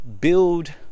build